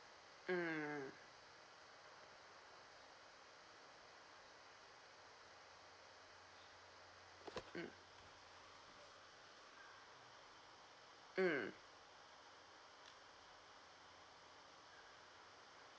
mm mm mm